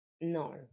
no